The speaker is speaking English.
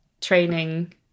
training